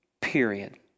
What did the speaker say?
period